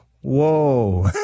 Whoa